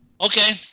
okay